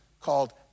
called